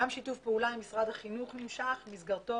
גם שיתוף פעולה עם משרד החינוך נמשך במסגרתו